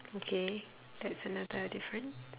okay that's another differen~